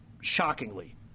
shockingly